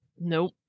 Nope